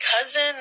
cousin